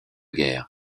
guerre